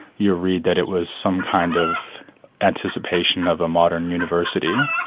you read that it was some kind of anticipation of a modern university,